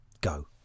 go